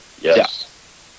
yes